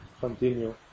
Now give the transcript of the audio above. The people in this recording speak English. continue